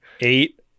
eight